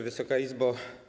Wysoka Izbo!